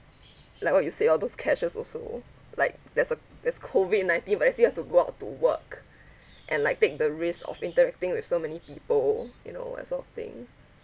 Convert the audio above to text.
like what you said all those cashiers also like there's a there's COVID nineteen but then you still have to go out to work and like take the risk of interacting with so many people you know that sort of thing